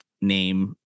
name